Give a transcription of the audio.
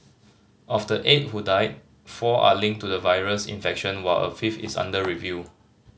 of the eight who died four are linked to the virus infection while a fifth is under review